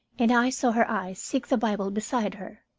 and i saw her eyes seek the bible beside her.